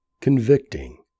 convicting